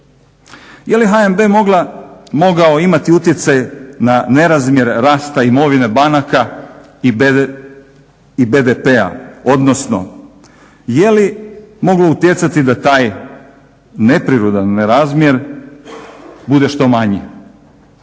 Je li HNB mogla, mogao imati utjecaj na nerazmjer rasta imovine banaka i BDP-a, odnosno je li moglo utjecati da taj neprirodan nerazmjer bude što manji?